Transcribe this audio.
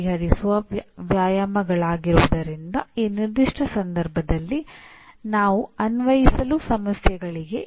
ಪರಿಣಾಮಗಳ ಮಾದರಿಯಲ್ಲಿ ಅಂದಾಜುವಿಕೆಯನ್ನು ಯೋಜಿಸುವುದು ಹೇಗೆ